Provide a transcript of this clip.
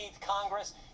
Congress